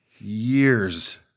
years